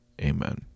Amen